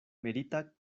merita